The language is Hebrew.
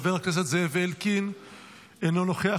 חבר הכנסת זאב אלקין אינו נוכח.